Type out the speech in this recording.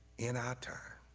in ah time